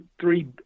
three